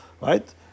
right